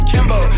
Kimbo